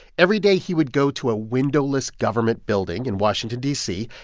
every day, he would go to a windowless government building in washington, d c,